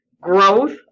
growth